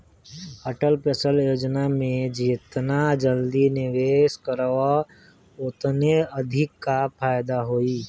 Atal pension योजना में जेतना जल्दी निवेश करबअ ओतने अधिका फायदा होई